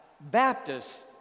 Baptists